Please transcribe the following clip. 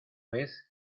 vez